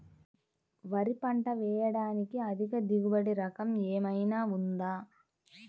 వరి పంట వేయటానికి అధిక దిగుబడి రకం ఏమయినా ఉందా?